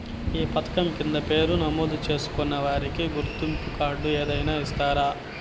ఈ పథకం కింద పేరు నమోదు చేసుకున్న వారికి గుర్తింపు కార్డు ఏదైనా ఇస్తారా?